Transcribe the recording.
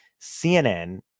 CNN